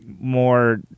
more